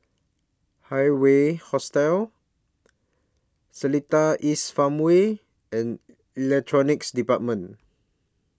Hawaii Hostel Seletar East Farmway and Electronics department